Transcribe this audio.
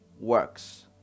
works